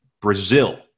Brazil